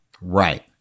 Right